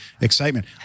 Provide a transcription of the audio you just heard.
excitement